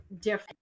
different